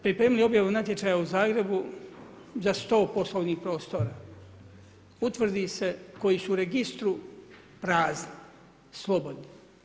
Pripremili smo objavu natječaja u Zagrebu za 100 poslovnih prostora, utvrdi se koji su u registru prazni, slobodni.